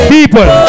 People